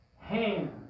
hand